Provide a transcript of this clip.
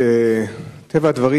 מטבע הדברים,